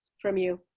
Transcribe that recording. from you.